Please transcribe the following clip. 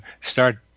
start